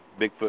Bigfoot